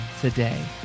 today